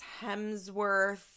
Hemsworth